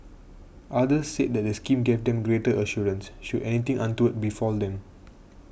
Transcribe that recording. others said the scheme gave them greater assurance should anything untoward befall them